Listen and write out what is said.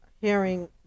hearing